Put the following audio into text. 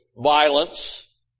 violence